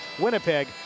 Winnipeg